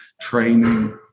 training